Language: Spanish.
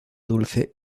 dulce